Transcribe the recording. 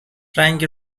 رنگ